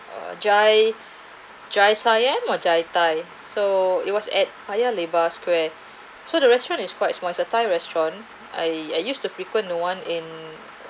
jai Jai Siam or jai thai so it was at paya lebar square so the restaurant is quite it was a thai restaurant I I used to frequent the one in